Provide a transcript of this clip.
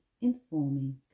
informing